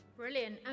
Brilliant